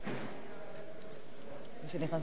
מי שנכנס עכשיו יכול?